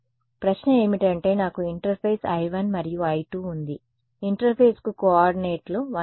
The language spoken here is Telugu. కాబట్టి ప్రశ్న ఏమిటంటే నాకు ఇంటర్ఫేస్ I1 మరియు I2 ఉంది ఇంటర్ఫేస్కు కోఆర్డినేట్లు 1sy1